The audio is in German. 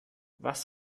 was